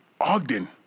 Ogden